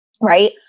right